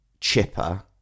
chipper